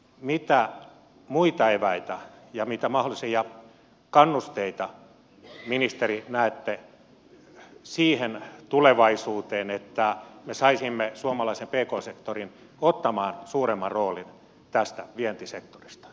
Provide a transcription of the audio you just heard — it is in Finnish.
mitä muita eväitä ja mitä mahdollisia kannusteita ministeri näette siihen tulevaisuuteen että me saisimme suomalaisen pk sektorin ottamaan suuremman roolin vientisektorista